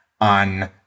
on